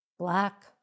Black